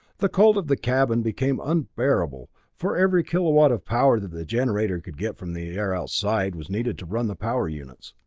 the cold of the cabin became unbearable, for every kilowatt of power that the generator could get from the air outside was needed to run the power units.